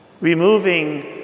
removing